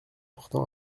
portant